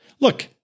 Look